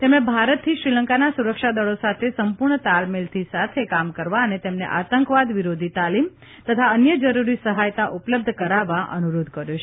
તેમણે ભારતથી શ્રીલંકાના સુરક્ષાદળો સાથે સંપૂર્ણ તાલમેલથી સાથે કામ કરવા અને તેમને આતંકવાદ વિરોધી તાલીમ તથા અન્ય જરૂરી સહાયતા ઉપલબ્ધ કરાવવા અનુરોધ કર્યો છે